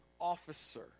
officer